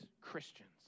Christians